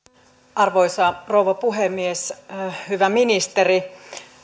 arvoisa rouva puhemies hyvä ministeri